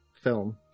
film